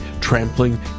trampling